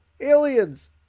aliens